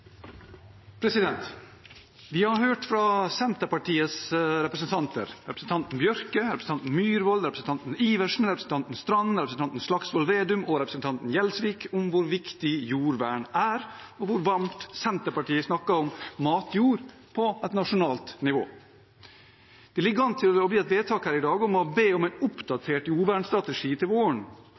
Vi har hørt fra Senterpartiets representanter – representanten Bjørke, representanten Myhrvold, representanten Adelsten Iversen, representanten Knutsdatter Strand, representanten Slagsvold Vedum og representanten Gjelsvik – hvor viktig jordvern er, og hvor varmt Senterpartiet snakker om matjord på et nasjonalt nivå. Det ligger an til å bli et vedtak her i dag om å be om en oppdatert jordvernstrategi til våren.